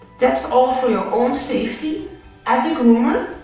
that's all for your own safety as a groomer,